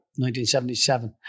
1977